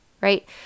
right